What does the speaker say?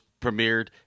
premiered